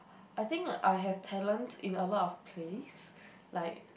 I think I have talent in a lot of places like